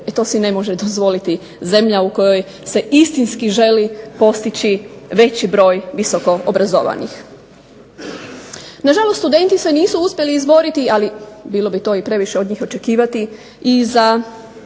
E to si ne može dozvoliti zemlja u kojoj se želi postići veći broj visoko obrazovanih. Na žalost, studenti se nisu uspjeli izboriti, ali bilo bi to previše od njih očekivati, i za